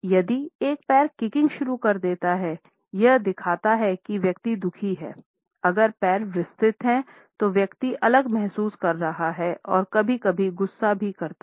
यदि एक पैर किकिंग शुरू कर देता है यह दिखाता है कि व्यक्ति दुखी है अगर पैर विस्तृत हैं तो व्यक्ति अलग महसूस कर रहा है और कभी कभी गुस्सा भी करता है